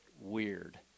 weird